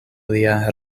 lia